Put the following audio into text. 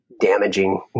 damaging